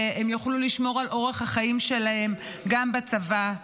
שהם יוכלו לשמור על אורח החיים שלהם גם בצבא.